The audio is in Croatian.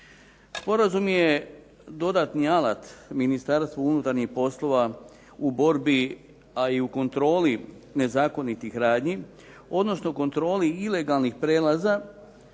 Sporazum je dodatni alat Ministarstvu unutarnjih poslova u borbi a i u kontroli nezakonitih radnji odnosno kontroli ilegalnih prijelaza